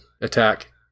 attack